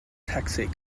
taxi